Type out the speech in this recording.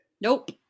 Nope